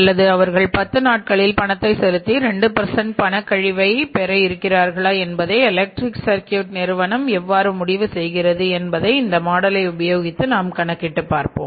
அல்லது அவர்கள் பத்து நாட்களில் பணத்தை செலுத்தி 2 பண கழிவை பெற இருக்கிறார்களா என்பதை எலெக்ட்ரிக் சர்கியூட் நிறுவனம் எவ்வாறு முடிவு செய்கிறது என்பதை இந்த மாடலை உபயோகித்து நாம் கணக்கிட்டு பார்போம்